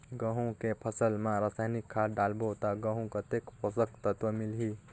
गंहू के फसल मा रसायनिक खाद डालबो ता गंहू कतेक पोषक तत्व मिलही?